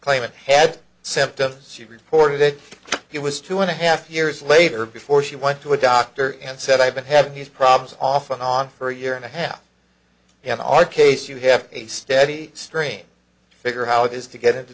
claiming had symptoms she reported that he was two and a half years later before she went to a doctor and said i've been having these problems off and on for a year and a half he had our case you have a steady stream figure how it is to get into